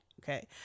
okay